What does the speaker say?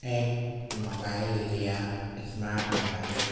ایک موبائل لیا smart mobile